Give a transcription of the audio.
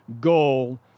goal